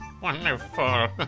wonderful